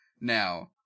Now